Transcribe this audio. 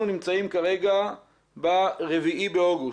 אנחנו נמצאים כרגע ב-4 באוגוסט,